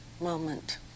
moment